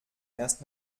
erst